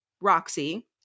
Roxy